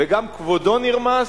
וגם כבודו נרמס,